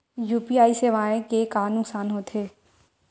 UPI सेवाएं के का नुकसान हो थे?